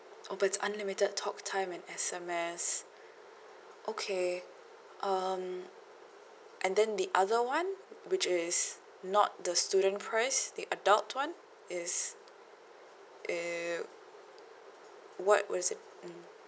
oh but it's unlimited talk time and S_M_S okay um and then the other one which is not the student price the adult [one] is it what was it mm